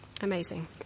Amazing